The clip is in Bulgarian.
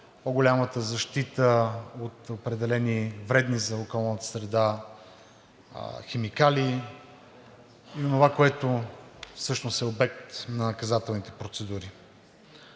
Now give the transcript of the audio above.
по-голямата защита от определени вредни за околната среда химикали и онова, което всъщност е обект на наказателните процедури.